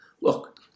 Look